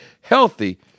healthy